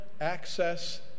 access